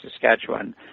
Saskatchewan